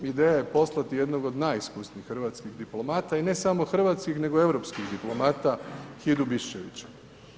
Ideja je poslati jednog od najiskusnijih hrvatskih diplomata i ne samo hrvatskih nego europskih diplomata Hidu Biščevića.